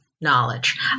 knowledge